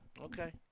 Okay